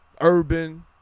urban